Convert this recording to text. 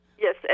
Yes